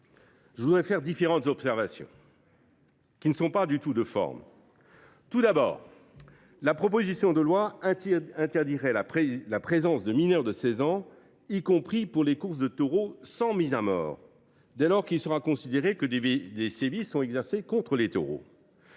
je voudrais formuler différentes observations, qui ne relèvent pas de questions de forme. Tout d’abord, la proposition de loi interdirait la présence de mineurs de 16 ans, y compris pour les courses de taureaux sans mise à mort, dès lors qu’il sera considéré que des sévices sont exercés sur des taureaux.